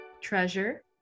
Treasure